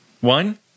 one